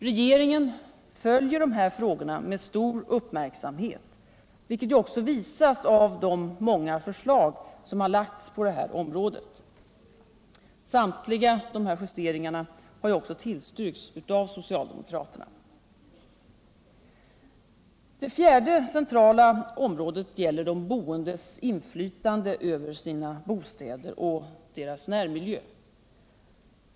Regeringen följer dessa frågor med stor uppmärksamhet, vilket också visas av de många förslag som framlagts på detta område. Samtliga dessa justeringar har ju också tillstyrkts av socialdemokraterna. Det fjärde centrala området gäller de boendes inflytande över sina bostäder och deras närmiljö.